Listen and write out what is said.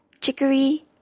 chicory